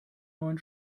neuen